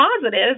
positive